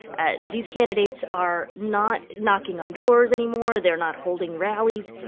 ah these candidates are not knocking on doors anymore. they're not holding rallies.